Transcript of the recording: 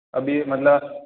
अब ये मतलब